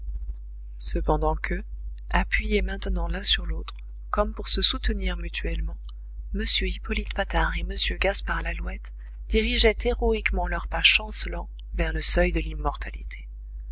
cependant que appuyés maintenant l'un sur l'autre comme pour se soutenir mutuellement m hippolyte patard et m gaspard lalouette dirigeaient héroïquement leurs pas chancelants vers le seuil de l'immortalité